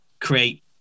create